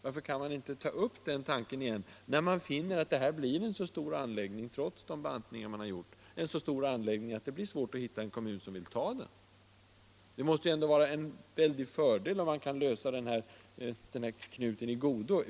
Varför kan man inte ta upp den tanken igen när man finner att denna anläggning, trots de bantningar man har gjort, blir så stor att det blir svårt att hitta en Det måste ändå vara en väldig fördel om man kan lösa den här knuten Tisdagen den i godo.